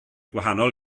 gwahanol